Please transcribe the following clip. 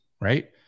right